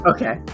Okay